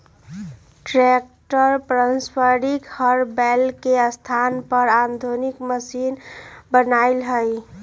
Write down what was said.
tractor पारम्परिक हर बैल के स्थान पर आधुनिक मशिन बनल हई